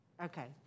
Okay